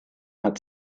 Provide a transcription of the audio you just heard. hat